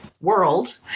world